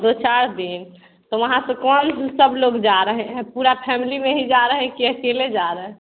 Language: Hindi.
दो चार दिन तो वहाँ से कौन सब लोग जा रहे हैं पूरा फैमिली में ही जा रहे हैं कि अकेले जा रहे हैं